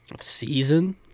Season